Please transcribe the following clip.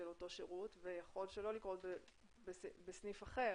אותו שירות ויכול שלא לקרות בסניף אחר.